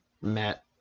Matt